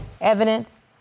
evidence